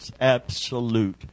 absolute